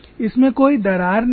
इसमें कोई दरार नहीं है